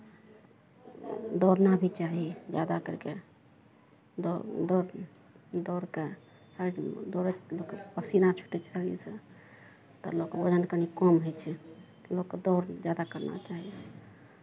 दौड़ना भी चाही जादातरके दौड़ दौड़ दौड़के शरीरसँ दौड़ैसँ पसीना छूटै छै शरीरसँ तऽ लोकके वजन कनि कम होइ छै लोककेँ दौड़ जादा करना चाही